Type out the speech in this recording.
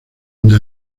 dónde